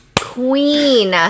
queen